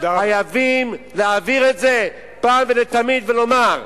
חייבים להעביר את זה פעם ולתמיד ולומר: